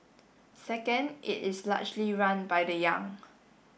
second it is largely run by the young